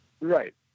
Right